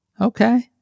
Okay